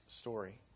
story